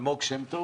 אלמוג שם טוב